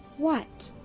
what?